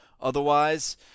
Otherwise